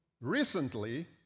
Recently